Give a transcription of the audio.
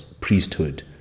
priesthood